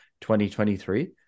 2023